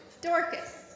Dorcas